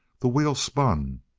the wheel spun,